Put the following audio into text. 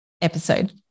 episode